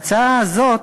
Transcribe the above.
ההצעה הזאת,